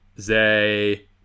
Zay